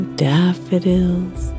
daffodils